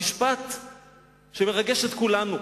המשפט שמרגש את כולנו,